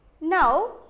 Now